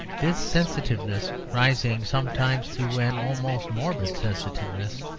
this sensitiveness, rising sometimes to an almost morbid sensitiveness,